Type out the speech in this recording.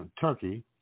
Turkey